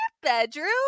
bedroom